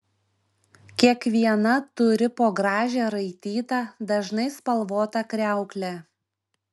kiekviena turi po gražią raitytą dažnai spalvotą kriauklę